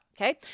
okay